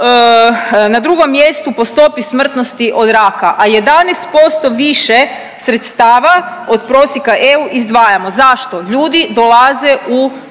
na drugom mjestu po stopi smrtnosti od raka, a 11% više sredstava od prosjeka EU izdvajamo. Zašto? Ljudi dolaze u prekasnom